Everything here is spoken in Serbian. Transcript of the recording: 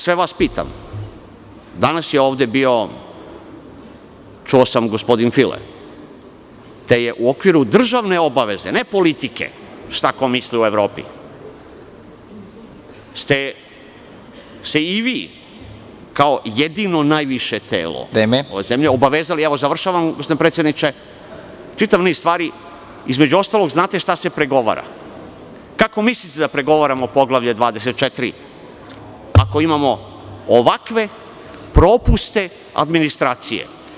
Sve vas pitam, danas je ovde bio, čuo sam, gospodin File, te ste se u okviru državne obaveze, ne politike - šta ko misli u Evropi, i vi kao jedino najviše telo ove zemlje obavezali za čitav niz stvari, između ostalog znate šta se pregovara, pa kako mislite da pregovaramo poglavlje 24, ako imamo ovakve propuste administracije?